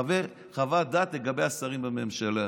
חוות דעת לגבי השרים בממשלה.